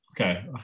okay